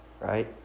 right